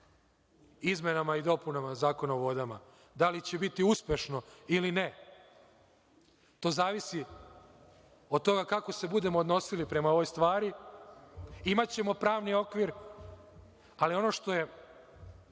izmenama i dopunama Zakona o vodama, da li će biti uspešno ili ne, to zavisi od toga kako se budemo odnosili prema ovoj stvari. Imaćemo pravni okvir, ali ono što je